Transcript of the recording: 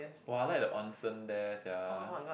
!wah! I like the onsen there sia